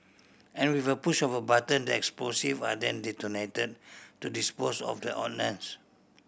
and with a push of a button the explosive are then detonated to dispose of the ordnance